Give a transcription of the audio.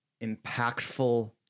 impactful